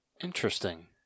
Interesting